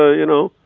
ah you know,